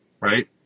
right